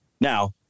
Now